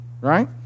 right